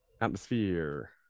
Atmosphere